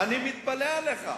אני מתפלא עליך.